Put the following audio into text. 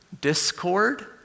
discord